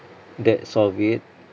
that's all good